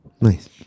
Nice